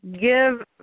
give